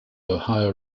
ohio